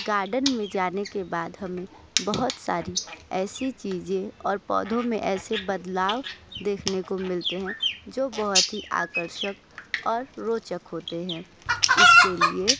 garden में जाने के बाद हमें बहुत सारी ऐसी चीज़ें और पौधों में ऐसे बदलाव देखने को मिलते हैं जो बहुत ही आकर्षक और रोचक होते हैं इसके लिए